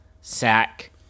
sack